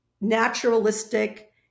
naturalistic